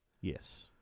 Yes